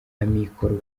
amikoro